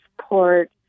support